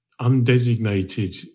undesignated